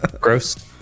Gross